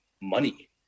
money